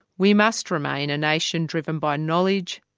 we must remain a nation driven by knowledge,